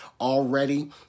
already